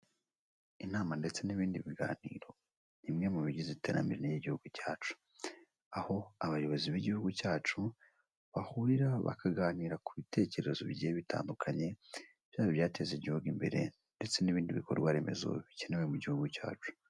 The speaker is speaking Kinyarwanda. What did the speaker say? Inama ndetse n'ibindi biganiro, ni imwe mu bigize iterambere ry'igihugu cyacu, aho abayobozi b'igihugu cyacu bahurira bakaganira ku bitekerezo bigiye bitandukanye byaba ibyateza igihugu imbere ndetse n'ibindi bikorwa remezo bikenewe mu gihugu cyacu.